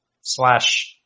slash